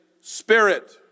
spirit